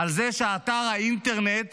על זה שאתר האינטרנט